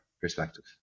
perspective